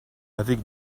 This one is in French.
avec